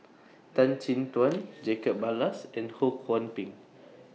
Tan Chin Tuan Jacob Ballas and Ho Kwon Ping